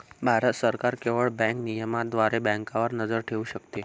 भारत सरकार केवळ बँक नियमनाद्वारे बँकांवर नजर ठेवू शकते